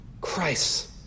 christ